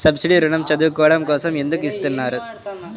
Subsidy ఋణం చదువుకోవడం కోసం ఎందుకు ఇస్తున్నారు?